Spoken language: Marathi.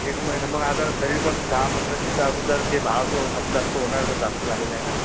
एक महिन्या मग आता तरी पण दहा पंधरा दिवसा अगोदर ते भाव तो कमी जास्त होणार आहे जास्त झालेले आहे ना